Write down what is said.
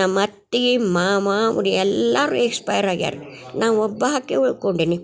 ನಮ್ಮತ್ತಿ ಮಾಮ ಅವವ್ರು ಎಲ್ಲಾರ ಎಕ್ಸ್ಪೈರ್ ಆಗ್ಯಾರ ನಾ ಒಬ್ಬ ಆಕಿ ಉಳ್ಕೊಂಡೆನಿ